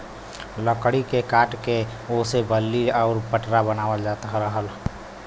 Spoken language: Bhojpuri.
लकड़ी के काट के ओसे बल्ली आउर पटरा बनावल जात रहल